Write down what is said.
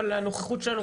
אבל הנוכחות שלנו,